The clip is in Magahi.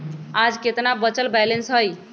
आज केतना बचल बैलेंस हई?